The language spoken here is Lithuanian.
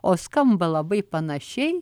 o skamba labai panašiai